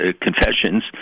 Confessions